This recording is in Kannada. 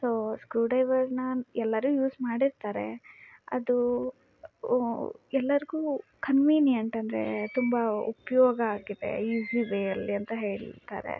ಸೋ ಸ್ಕ್ರೂಡ್ರೈವರನ್ನ ಎಲ್ಲರೂ ಯೂಸ್ ಮಾಡಿರ್ತಾರೆ ಅದು ಎಲ್ಲರಿಗೂ ಕನ್ವೀನಿಯಂಟ್ ಅಂದರೆ ತುಂಬಾ ಉಪಯೋಗ ಆಗಿದೆ ಈಝಿ ವೇಯಲ್ಲಿ ಅಂತ ಹೇಳ್ತಾರೆ